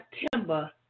September